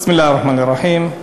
בסם אללה א-רחמאן א-רחים.